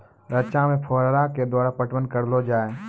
रचा मे फोहारा के द्वारा पटवन करऽ लो जाय?